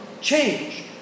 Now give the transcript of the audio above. change